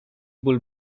bół